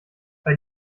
bei